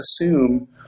assume